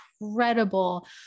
incredible